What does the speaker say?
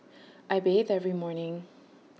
I bathe every morning